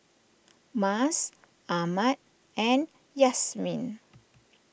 Mas Ahmad and Yasmin